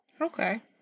Okay